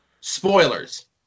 spoilers